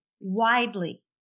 widely